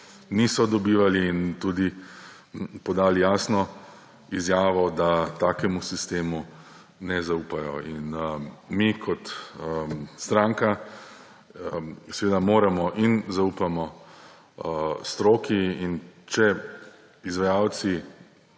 niso dobivali in so tudi podali jasno izjavo, da takemu sistemu ne zaupajo. In mi kot stranka seveda moramo in zaupamo stroki. Če izvajalci